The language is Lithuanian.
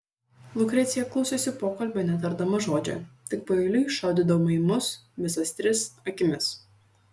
lukrecija klausėsi pokalbio netardama žodžio tik paeiliui šaudydama į mus visas tris akimis